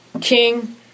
king